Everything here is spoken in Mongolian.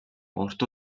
урт